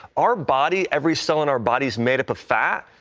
our body, every cell in our body is made up of fat,